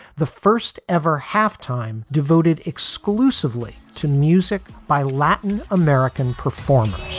the first ever halftime devoted exclusively to music by latin american performers